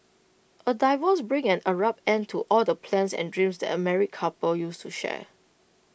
A divorce brings an abrupt end to all the plans and dreams that A married couple used to share